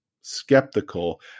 skeptical